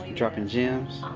dropping gems.